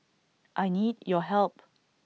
I need your help